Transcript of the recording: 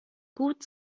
gut